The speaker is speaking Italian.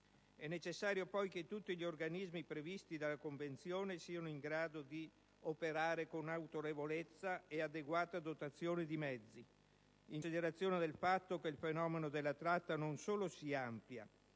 È necessario poi che tutti gli organismi previsti dalla Convenzione siano in grado di operare con autorevolezza e adeguata dotazione di mezzi, in considerazione del fatto che il fenomeno della tratta non solo si amplia,